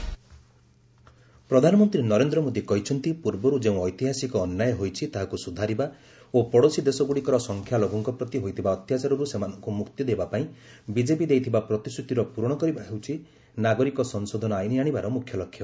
PM NCC ପ୍ରଧାନମନ୍ତ୍ରୀ ନରେନ୍ଦ୍ର ମୋଦୀ କହିଛନ୍ତି ପୂର୍ବରୁ ଯେଉଁ ଐତିହାସିକ ଅନ୍ୟାୟ ହୋଇଛି ତାହାକୁ ସୁଧାରିବା ଓ ପଡ଼ୋଶୀ ଦେଶଗୁଡ଼ିକର ସଂଖ୍ୟାଲଘୁଙ୍କ ପ୍ରତି ହୋଇଥିବା ଅତ୍ୟାଚାରରୁ ସେମାନଙ୍କୁ ମୁକ୍ତି ଦେବା ପାଇଁ ବିଜେପି ଦେଇଥିବା ପ୍ରତିଶ୍ରତିର ପୂରଣ କରିବା ହେଉଛି ନାଗରିକ ସଂଶୋଧନ ଆଇନ୍ ଆଶିବାର ମୁଖ୍ୟ ଲକ୍ଷ୍ୟ